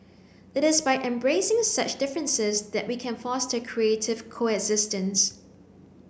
it is by embracing such differences that we can foster creative coexistence